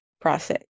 process